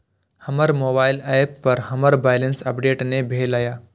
हमर mobile app पर हमर बैलेंस अपडेट ने भेल या